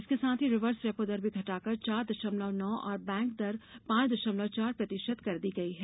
इसके साथ ही रिवर्स रेपो दर भी घटाकर चार दशमलव नौ और बैंक दर पांच दशमलव चार प्रतिशत कर दी गई है